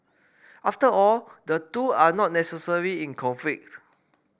after all the two are not necessarily in conflict